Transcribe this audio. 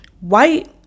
White